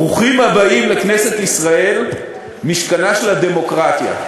ברוכים הבאים לכנסת ישראל, משכנה של הדמוקרטיה.